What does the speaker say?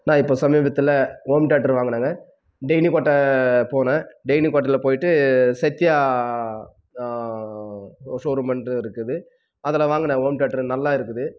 நான் இப்போ சமீபத்தில் ஹோம் தேட்ரு வாங்கினேங்க டெய்னிக்கோட்டை போனேன் டெய்னிக்கோட்டையில போய்ட்டு சத்யா ஷோரூம் என்று இருக்குது அதில் வாங்கினேன் ஹோம் தேட்ரு நல்லா இருக்குது